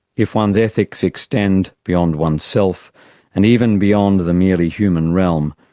if one's ethics extend beyond one's self and even beyond the merely human realm,